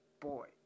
boy